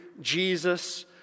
Jesus